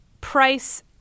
price